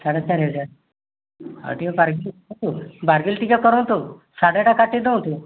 ସାଢେଚାରି ହଜାର ଆଉ ଟିକିଏ ବାରଗିଲ କରନ୍ତୁ ବାରଗିଲ ଟିକିଏ କରନ୍ତୁ ସାଢେ ଟା କାଟି ଦିଅନ୍ତୁ